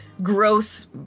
Gross